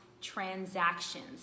transactions